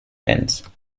tense